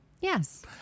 Yes